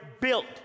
built